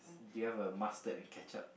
do you have a mustard and ketchup